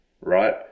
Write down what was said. right